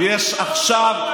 יש עכשיו,